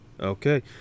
Okay